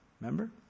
Remember